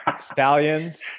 Stallions